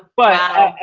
but,